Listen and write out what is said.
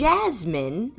Jasmine